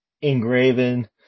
Engraven